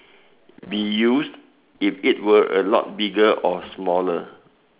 be used if it were a lot bigger or smaller